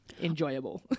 enjoyable